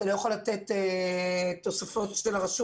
אתה לא יכול לתת תוספות של הרשות.